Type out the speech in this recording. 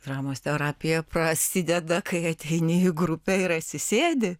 dramos terapija prasideda kai ateini į grupę ir atsisėdi